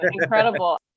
Incredible